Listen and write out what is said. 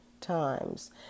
times